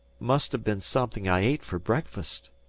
must ha' been something i ate for breakfast.